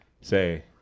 say